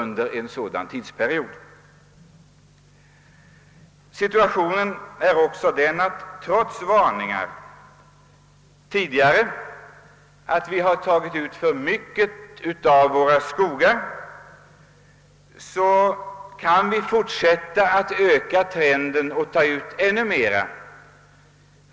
Trots tidigare varningar för att vi har tagit ut för mycket av våra skogar kan vi fortsätta att öka trenden och ta ut ännu mera.